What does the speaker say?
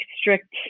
strict